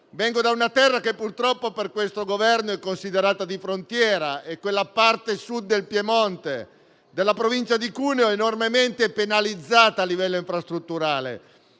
vengo da una terra che purtroppo dall'attuale Governo è considerata di frontiera, la parte Sud del Piemonte, della provincia di Cuneo, enormemente penalizzata a livello infrastrutturale,